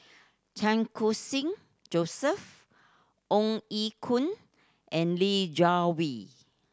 Chan Khun Sing Joseph Ong Ye Kung and Li Jiawei